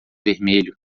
vermelho